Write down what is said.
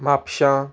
म्हापश्यां